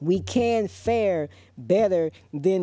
we can fare better th